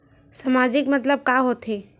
सामाजिक मतलब का होथे?